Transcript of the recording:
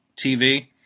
TV